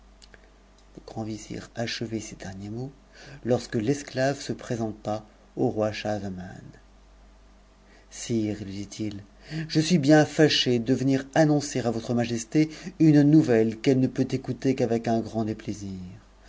le grand vizir achevait ces derniers mots lorsque l'esclave se présenta au roi schahzaman sire lui dit-il je suis bien fâché de venir annoncer a votre majesté une nouvelle qu'elle ne peut écouter qu'avec un grand déplaisir